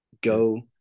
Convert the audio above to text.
Go